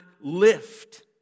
lift